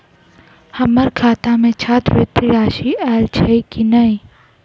हम्मर खाता मे छात्रवृति राशि आइल छैय की नै?